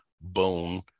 bone